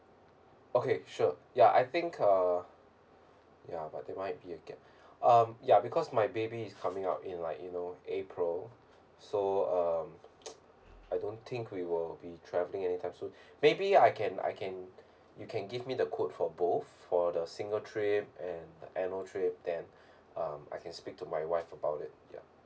okay sure ya I think uh ya but there might be a gap um ya because my baby is coming up in like you know april so um I don't think we will be travelling anytime soon maybe I can I can you can give me the quote for both for the single trip and annual trip then um I can speak to my wife about it ya